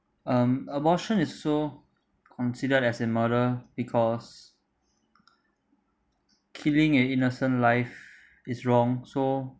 um abortion is so considered as a murder because killing an innocent life is wrong so